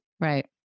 right